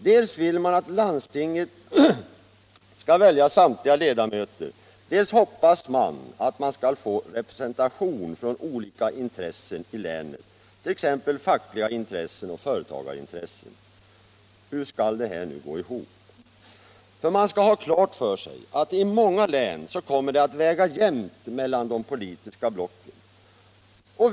Dels vill man att landstinget skall välja samtliga ledamöter, dels hoppas man på representation för olika intressen i länet, t.ex. fackliga intressen och företagarintressen. Hur går det ihop? Vi skall ha klart för oss att det i många län kommer att väga jämnt mellan de politiska blocken.